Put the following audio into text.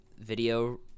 video